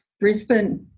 Brisbane